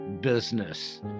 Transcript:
business